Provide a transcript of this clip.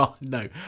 No